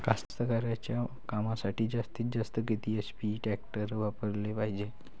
कास्तकारीच्या कामासाठी जास्तीत जास्त किती एच.पी टॅक्टर वापराले पायजे?